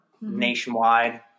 nationwide